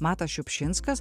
matas šiupšinskas